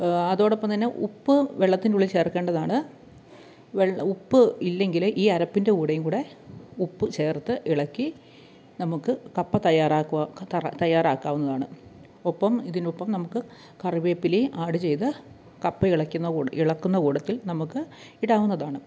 അതോടൊപ്പം തന്നെ ഉപ്പ് വെള്ളത്തിനുള്ളിൽ ചേർക്കേണ്ടതാണ് വെൾ ഉപ്പ് ഇല്ലെങ്കിൽ ഈ അരപ്പിൻ്റെ കൂടെയും കൂടി ഉപ്പ് ചേർത്ത് ഇളക്കി നമുക്ക് കപ്പ തയ്യാറാക്കുക തയ്യാ തയ്യാറാക്കാവുന്നതാണ് ഒപ്പം ഇതിനൊപ്പം നമുക്ക് കറിവേപ്പിലയും ആഡ് ചെയ്ത് കപ്പ ഇളയ്ക്കുന്ന ഇളക്കുന്ന കൂട്ടത്തിൽ നമുക്ക് ഇടാവുന്നതാണ്